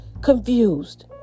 confused